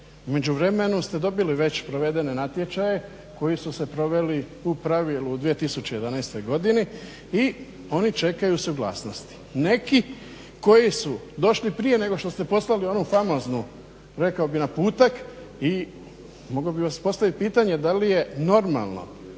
međuvremenu ste dobili već provedene natječaje koji su se proveli u pravilu u 2011. godini i oni čekaju suglasnosti. Neki koji su došli prije nego što ste poslali onaj famozni rekao bih naputak i mogao bih vam postaviti pitanje da li je normalno